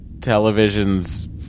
television's